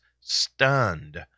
stunned